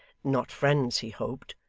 not friends he hoped,